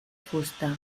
fusta